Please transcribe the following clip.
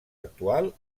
actual